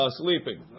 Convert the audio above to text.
sleeping